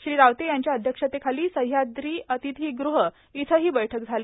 श्री रावते यांच्या अध्यक्षतेखाली सह्याद्री अतिथीगृह इथं ही बैठक झाली